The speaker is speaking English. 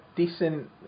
Decent